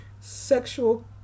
sexual